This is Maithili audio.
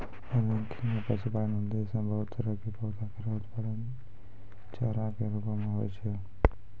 रैंकिंग म पशुपालन उद्देश्य सें बहुत तरह क पौधा केरो उत्पादन चारा कॅ रूपो म होय छै